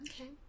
okay